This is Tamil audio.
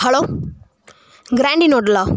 ஹலோ கிராண்டின் ஓட்டலா